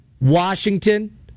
Washington